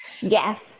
yes